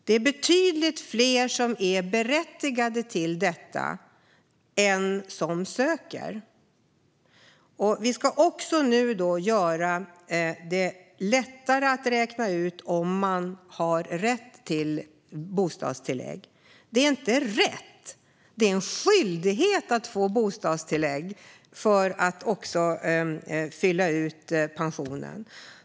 Det är betydligt fler som är berättigade till detta än vad som söker. Vi ska nu göra det lättare att räkna ut om man har rätt till bostadstillägg. Det är inte en rätt utan en skyldighet att få bostadstillägg för att fylla ut pensionen.